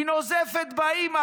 היא נוזפת באימא,